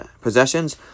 possessions